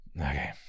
Okay